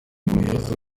guheze